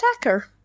attacker